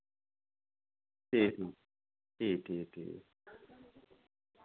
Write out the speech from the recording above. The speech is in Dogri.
ठीक ऐ ठीक ठीक ऐ ठीक ऐ ठीक ऐ